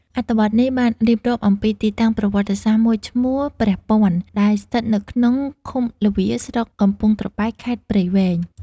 អត្ថបទនេះបានរៀបរាប់អំពីទីតាំងប្រវត្តិសាស្ត្រមួយឈ្មោះ “ព្រះពាន់” ដែលស្ថិតនៅក្នុងឃុំល្វា ស្រុកកំពង់ត្របែក ខេត្តព្រៃវែង។